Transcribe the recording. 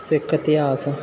ਸਿੱਖ ਇਤਿਹਾਸ